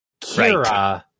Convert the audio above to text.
Kira